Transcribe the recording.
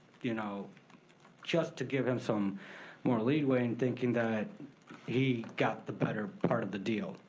you know just to give him some more leeway and thinking that he got the better part of the deal.